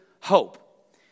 hope